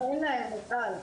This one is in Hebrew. אין להם, מיכל.